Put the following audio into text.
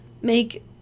make